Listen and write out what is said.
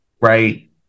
right